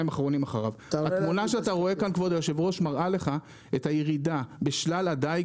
התמונה כאן מראה את הירידה בשלל הדיג,